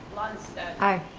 lundstedt. i.